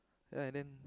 ya and then